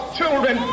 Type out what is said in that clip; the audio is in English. children